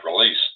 release